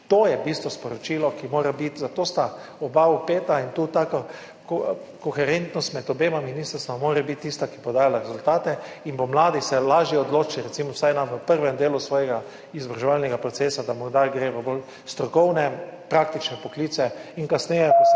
To je v bistvu sporočilo, ki mora biti, zato sta oba vpeta in koherentnost med obema ministrstvoma mora biti tista, ki bo dajala rezultate. Mladi se bodo lažje odločili recimo vsaj v prvem delu svojega izobraževalnega procesa, da gredo morda v bolj strokovne, praktične poklice in kasneje, ko se